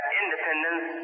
independence